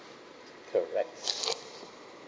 correct